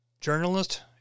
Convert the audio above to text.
Journalist